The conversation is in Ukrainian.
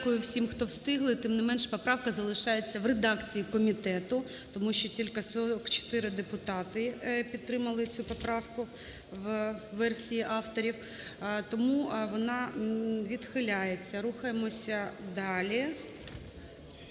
Дякую всім, хто встигли. Тим не менш, поправка залишається в редакції комітету, тому що тільки 44 депутати підтримали цю поправку у версії авторів, тому вона відхиляється. Рухаємося далі,